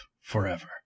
forever